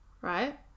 right